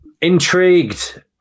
Intrigued